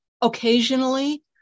Occasionally